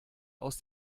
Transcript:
aus